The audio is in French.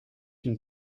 une